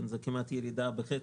זה ירידה כמעט בחצי.